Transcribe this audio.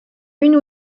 une